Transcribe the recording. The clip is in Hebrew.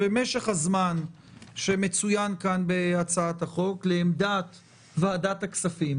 ומשך הזמן שמצוין כאן בהצעת החוק לעמדת ועדת הכספים